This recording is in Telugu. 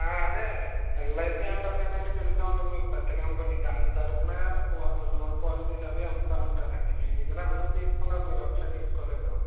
అదే ఎల్ఐసీ అంటారు కదండి తెలిసే ఉంటది మీకు పెద్ద కంపెనీ దాని తరుపున పోల్ లోన్ పాలసీలు అవి అమ్ముతూ ఉంటానండి మీ వీధిలో అందరూ తీసుకున్నారు మీరొకళ్ళే తీసుకోలేదు